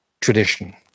tradition